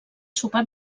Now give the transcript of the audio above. sopar